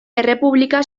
errepublika